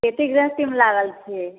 खेती गृहस्थीमे लागल छिए